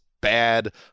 bad